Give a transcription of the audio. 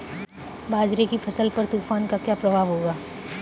बाजरे की फसल पर तूफान का क्या प्रभाव होगा?